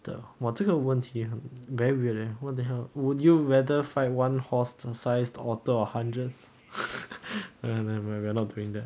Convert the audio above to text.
the !wah! 这个问题很 very weird leh what the hell would you rather fight one horse the size otter or hundreds !aiya! nevermind we are not doing that